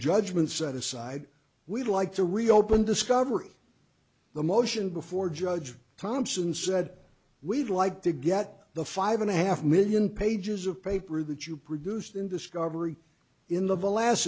judgement set aside we'd like to reopen discovery the motion before judge thompson said we'd like to get the five and a half million pages of paper that you produced in discovery in the last